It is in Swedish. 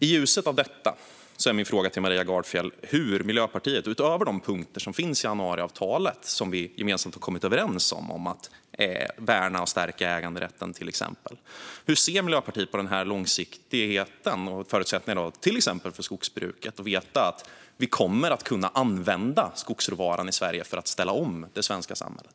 I ljuset av det är min fråga till Maria Gardfjell hur Miljöpartiet, utöver de punkter som finns i januariavtalet och som vi gemensamt har kommit överens om, till exempel att värna och stärka äganderätten, ser på långsiktigheten och förutsättningarna för till exempel skogsbruket. Hur kan de veta att vi kommer att kunna använda skogsråvaran i Sverige för att ställa om det svenska samhället?